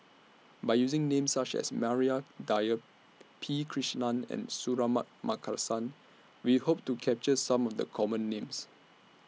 By using Names such as Maria Dyer P Krishnan and Suratman Markasan We Hope to capture Some of The Common Names